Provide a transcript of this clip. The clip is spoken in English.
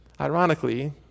Ironically